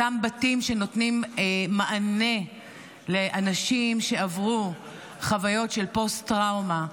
אותם בתים שנותנים מענה לאנשים שעברו חוויות של פוסט-טראומה,